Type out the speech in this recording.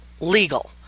legal